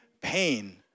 pain